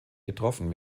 getroffen